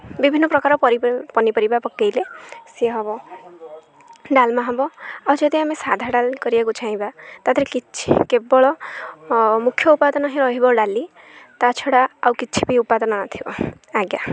ବିଭିନ୍ନପ୍ରକାର ପନିପରିବା ପକାଇଲେ ସିଏ ହେବ ଡାଲମା ହେବ ଆଉ ଯଦି ଆମେ ସାଧା ଡାଲି କରିବାକୁ ଚାହିଁବା ତା'ହେଲେ କିଛି କେବଳ ମୁଖ୍ୟ ଉପାଦନ ହିଁ ରହିବ ଡାଲି ତା ଛଡ଼ା ଆଉ କିଛି ବି ଉପାଦନ ନଥିବ ଆଜ୍ଞା